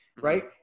right